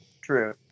True